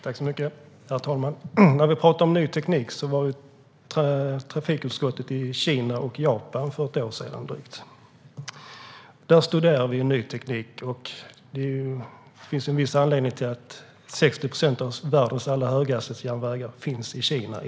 Herr talman! På tal om ny teknik var trafikutskottet i Kina och Japan för ett drygt år sedan. Där studerade vi ny teknik. Det finns en viss anledning till att 60 procent av världens alla höghastighetsjärnvägar i dag finns i Kina.